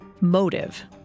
motive